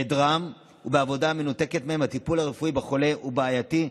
בהיעדרם ובעבודה המנותקת מהם הטיפול הרפואי בחולה הוא בעייתי,